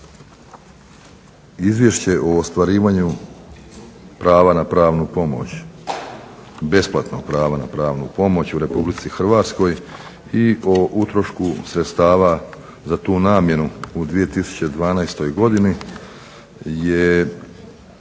Izvješće o ostvarivanju prava na pravnu pomoć, besplatnog prava na pravnu pomoć u Republici Hrvatskoj i o utrošku sredstava za tu namjenu u 2012. godini je